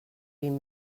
vint